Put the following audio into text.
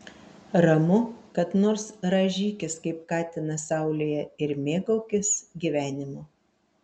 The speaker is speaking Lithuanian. ramu kad nors rąžykis kaip katinas saulėje ir mėgaukis gyvenimu